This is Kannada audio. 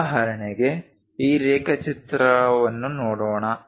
ಉದಾಹರಣೆಗೆ ಈ ರೇಖಾಚಿತ್ರವನ್ನು ನೋಡೋಣ